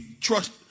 trust